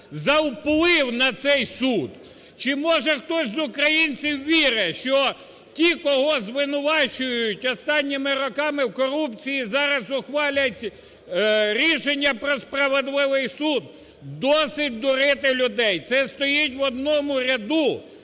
за вплив на цей суд. Чи може хтось з українців вірить, що ті, кого звинувачують останніми роками в корупції, зараз ухвалять рішення про справедливий суд? Досить дурити людей. Це стоїть в одному ряду